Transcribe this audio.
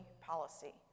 policy